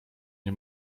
nie